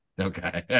Okay